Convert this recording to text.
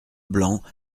blancs